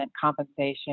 compensation